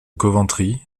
coventry